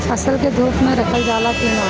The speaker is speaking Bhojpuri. फसल के धुप मे रखल जाला कि न?